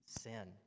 sin